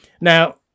Now